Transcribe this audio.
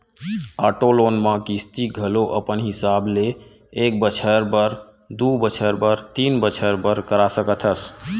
auto loan म किस्ती घलो अपन हिसाब ले एक बछर बर, दू बछर बर, तीन बछर बर करा सकत हस